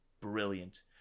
brilliant